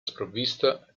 sprovvista